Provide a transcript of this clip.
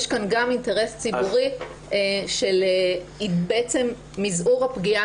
יש כאן גם אינטרס ציבורי של מזעור הפגיעה